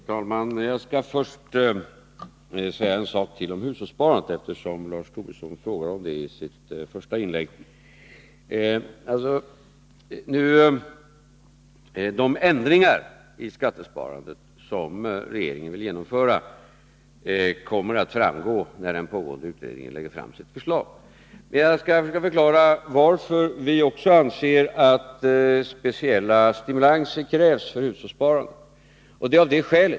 Herr talman! Jag skall först säga ytterligare en sak om hushållssparandet, som Lars Tobisson frågade om i sitt första inlägg. De ändringar i skattesparandet som regeringen vill genomföra kommer att framgå när den pågående utredningen lägger fram sitt förslag. Men jag skall försöka förklara varför vi också anser att speciella stimulanser krävs för hushållssparandet.